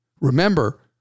remember